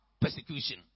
persecution